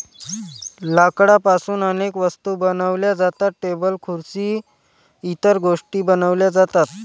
लाकडापासून अनेक वस्तू बनवल्या जातात, टेबल खुर्सी इतर गोष्टीं बनवल्या जातात